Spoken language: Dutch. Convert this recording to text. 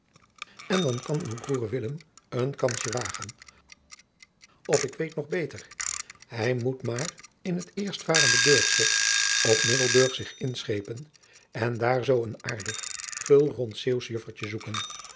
en dan kan uw broêr willem een kansje wagen of ik weet nog beter hij moet maar in het eerstvarende beurtschip op middelburg zich inschepen en daar zoo een aardig gul rond zeeuwsch juffertje zoeken